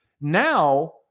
Now